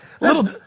Little